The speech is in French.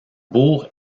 bourg